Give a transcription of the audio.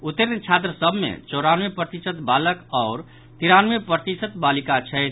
उत्तीर्ण छात्र सभ मे चौरानवे प्रतिशत बालक आओर तिरानवे प्रतिशत बालिका छथि